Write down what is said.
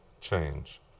change